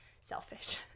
selfish